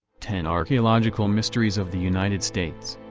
ten archaeological mysteries of the united states.